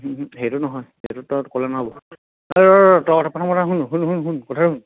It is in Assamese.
সেইটো নহয় সেইটো তই ক'লে নহ'ব আৰু কথা শুন